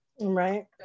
Right